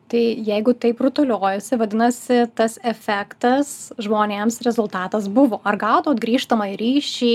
tai jeigu taip rutuliojosi vadinasi tas efektas žmonėms rezultatas buvo ar gaudavot grįžtamąjį ryšį